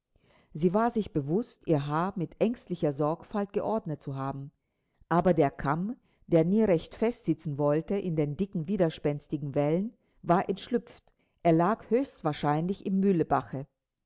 sie war sich bewußt ihr haar mit ängstlicher sorgfalt geordnet zu haben aber der kamm der nie recht fest sitzen wollte in den dicken widerspenstigen wellen war entschlüpft er lag höchstwahrscheinlich im mühlbache